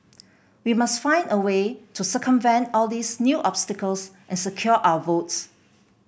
we must find a way to circumvent all these new obstacles and secure our votes